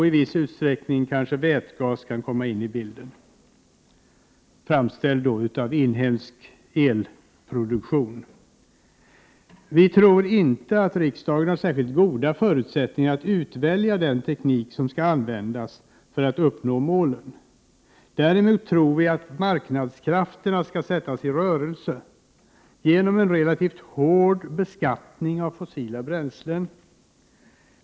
I viss utsträckning kan också vätgas, framställd genom inhemsk elproduktion, komma in i bilden. Vi tror inte att riksdagen har särskilt goda förutsättningar att utvälja den teknik som skall användas för att uppnå dessa mål. Däremot tror vi på att sätta marknadskrafterna i rörelse genom en relativt hård beskattning av fossila bränslen.